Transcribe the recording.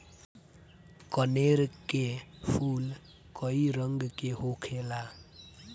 कनेर के फूल कई रंग के होखेला